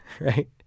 Right